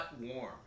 warm